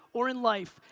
or in life,